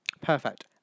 perfect